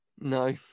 no